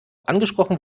angesprochen